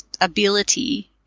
ability